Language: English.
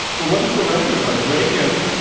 what is the reco rd like? reagan,